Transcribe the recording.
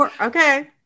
okay